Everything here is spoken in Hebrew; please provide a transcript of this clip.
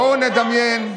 בואו נדמיין,